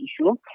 issue